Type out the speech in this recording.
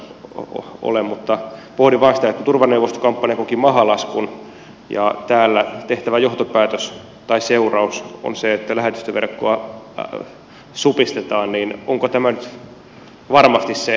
ei siinä varmaan suoraa yhteyttä ole mutta pohdin vain sitä että kun turvaneuvostokampanja koki mahalaskun ja täällä seuraus on se että lähetystöverkkoa supistetaan niin onko tämä nyt varmasti se oikea reagointitapa